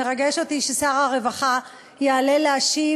מרגש אותי ששר הרווחה יעלה להשיב,